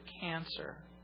cancer